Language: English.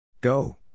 Go